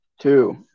Two